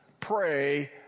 pray